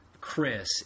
Chris